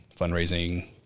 fundraising